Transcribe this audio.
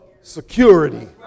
security